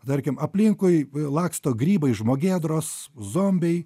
tarkim aplinkui laksto grybai žmogėdros zombiai